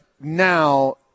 now